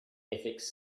ethics